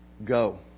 go